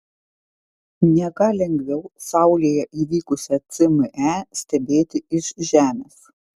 ne ką lengviau saulėje įvykusią cme stebėti iš žemės